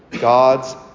God's